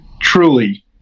truly